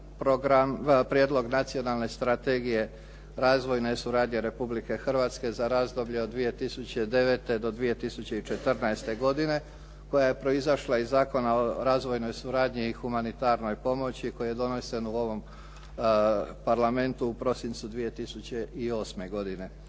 Prijedlog Nacionalne strategije razvojne suradnje Republike Hrvatske za razdoblje od 2009. do 2014. godine koja je proizašla iz Zakona o razvojnoj suradnji i humanitarnoj pomoći koji je donesen u ovom Parlamentu u prosincu 2008. godine.